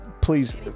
please